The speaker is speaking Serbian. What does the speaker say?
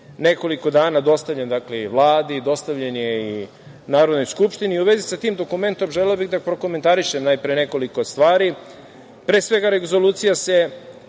nekoliko dana dostavljen Vladi, dostavljen je i Narodnoj skupštini. U vezi sa tim dokumentom želeo bih da prokomentarišem najpre nekoliko stvari. Pre svega, rezolucija se